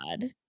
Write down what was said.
god